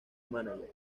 mánager